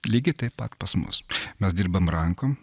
lygiai taip pat pas mus mes dirbam rankom